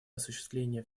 осуществления